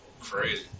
crazy